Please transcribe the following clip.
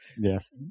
Yes